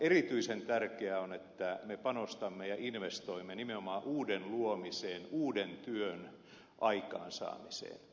erityisen tärkeää on että me panostamme ja investoimme nimenomaan uuden luomiseen uuden työn aikaansaamiseen